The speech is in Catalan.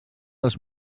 els